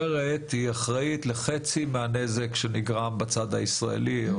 שהיא אחראית לחצי מהנזק שנגרם בצד הישראלי.